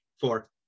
four